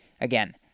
Again